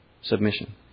submission